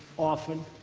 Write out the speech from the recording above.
often.